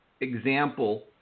example